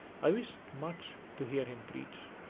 i wished much to hear him preach.